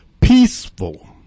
peaceful